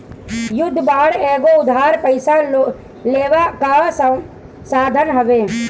युद्ध बांड एगो उधार पइसा लेहला कअ साधन हवे